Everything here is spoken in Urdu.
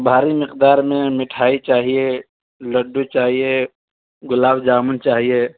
بھاری مقدار میں مٹھائی چاہیے لڈو چاہیے گلاب جامن چاہیے